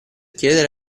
chiedere